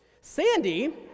Sandy